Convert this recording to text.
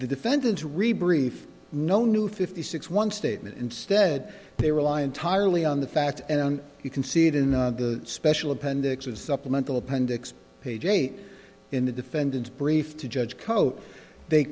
the defendant re brief no new fifty six one statement instead they rely entirely on the fact and you can see it in the special appendix of supplemental appendix page eight in the defendant's brief to judge coat they